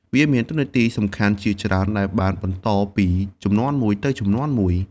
វាមានតួនាទីសំខាន់ជាច្រើនដែលបានបន្តពីជំនាន់មួយទៅជំនាន់មួយ។